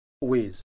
ways